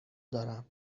دارم